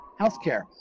healthcare